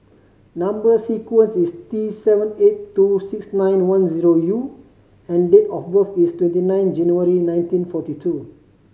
number sequence is T seven eight two six nine one zero U and date of birth is twenty nine January nineteen forty two